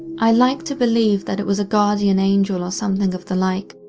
i like to believe that it was a guardian angel or something of the like,